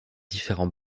différents